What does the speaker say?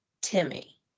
timmy